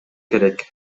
керек